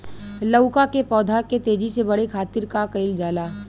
लउका के पौधा के तेजी से बढ़े खातीर का कइल जाला?